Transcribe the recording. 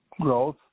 growth